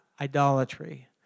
idolatry